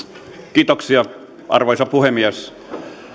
arvoisa puhemies